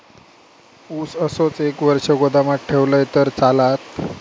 ऊस असोच एक वर्ष गोदामात ठेवलंय तर चालात?